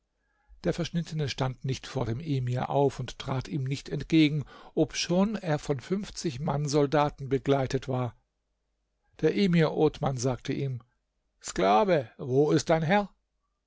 der verschnittene stand nicht vor dem emir auf und trat ihm nicht entgegen obschon er von fünfzig mann soldaten begleitet war der emir othman sagte ihm sklave wo ist dein herr